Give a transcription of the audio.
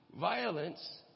violence